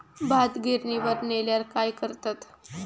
भात गिर्निवर नेल्यार काय करतत?